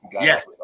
Yes